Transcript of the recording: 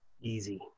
Easy